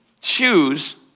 choose